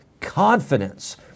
confidence